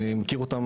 אני מכיר אותם,